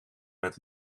met